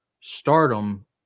stardom